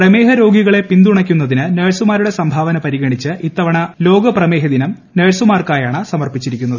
പ്രമേഹരോഗികളെ പിന്തുണ്യ്ക്കുന്നതിന് നേഴ്സുമാരുടെ സംഭാവന പരിഗണിച്ച് ഇത്ത്വണത്തെ ലോക പ്രമേഹദിനം നേഴ് സുമാർക്കായാണ് സമ്ർപ്പിച്ചിരിക്കുന്നത്